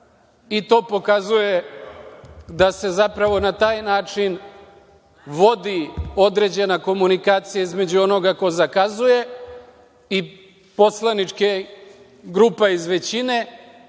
To pokazuje da se zapravo na taj način vodi određena komunikacija između onog ko zakazuje i poslaničkih grupa iz većine,